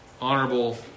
honorable